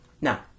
now